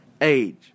age